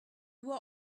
were